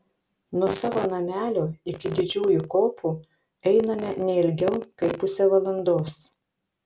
nuo savo namelio iki didžiųjų kopų einame ne ilgiau kaip pusę valandos